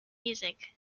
music